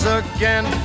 again